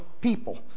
people